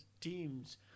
teams